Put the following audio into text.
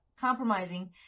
compromising